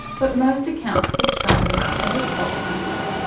but most accounts describe them as a sole hunter.